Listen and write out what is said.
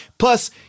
Plus